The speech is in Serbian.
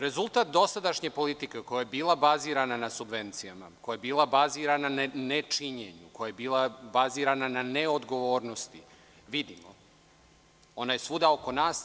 Rezultat dosadašnje politike koja je bila bazirana na subvencijama, koja je bila bazirana na nečinjenju, koja je bila bazirana na neodgovornosti, vidimo i ona je svuda oko nas.